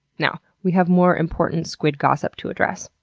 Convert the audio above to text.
now, we have more important squid gossip to address.